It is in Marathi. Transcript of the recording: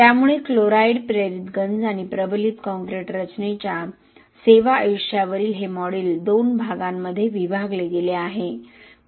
त्यामुळे क्लोराईड प्रेरित गंज आणि प्रबलित काँक्रीट रचनेच्या सेवा आयुष्यावरील हे मॉड्यूल 2 भागांमध्ये विभागले गेले आहे